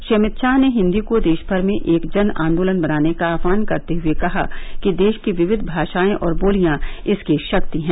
श्री अमित शाह ने हिन्दी को देश भर में एक जन आंदोलन बनाने का आह्वान करते हुए कहा कि देश की विकिध भाषाएं और बोलियां इसकी शक्ति हैं